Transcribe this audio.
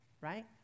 right